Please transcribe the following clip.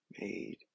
made